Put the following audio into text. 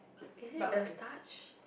isn't the starch